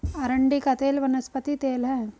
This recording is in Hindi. अरंडी का तेल वनस्पति तेल है